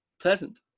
pleasant